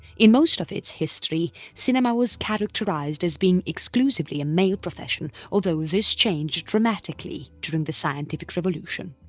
in most of its history, cinema was characterised as being exclusively a male profession although this changed dramatically during the scientific revolution.